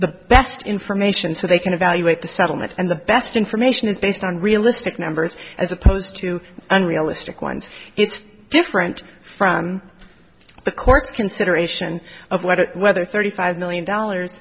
the best information so they can evaluate the settlement and the best information is based on realistic numbers as opposed to unrealistic ones it's different from the court's consideration of what whether thirty five million dollars